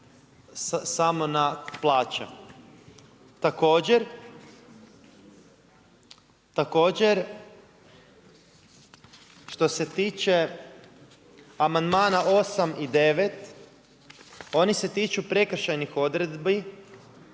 samo na plaće. Također, što se tiče amandmana 8. i 9. oni se tiču prekršajnih odredbi